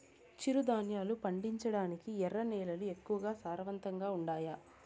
చిరుధాన్యాలు పండించటానికి ఎర్ర నేలలు ఎక్కువగా సారవంతంగా ఉండాయా